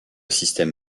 système